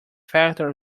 factor